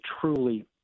truly